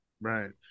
Right